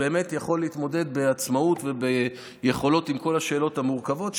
באמת יכול להתמודד בעצמאות וביכולות עם כל השאלות המורכבות.